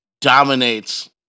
dominates